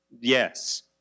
Yes